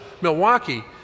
Milwaukee